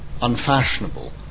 unfashionable